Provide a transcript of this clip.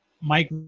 Mike